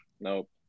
Nope